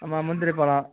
ஆமாம் முந்திரி பழம்